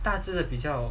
大只的比较比较